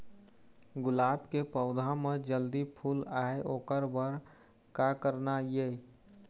गुलाब के पौधा म जल्दी फूल आय ओकर बर का करना ये?